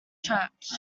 church